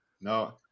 No